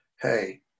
hey